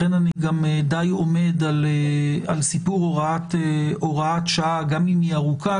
לכן אני גם עומד על סיפור הוראת שעה גם אם היא ארוכה,